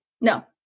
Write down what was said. No